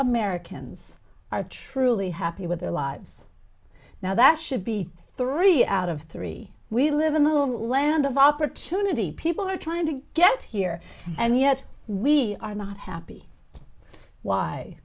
americans are truly happy with their lives now that should be three out of three we live in the land of opportunity people are trying to get here and yet we are not happy why